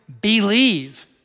believe